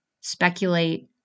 speculate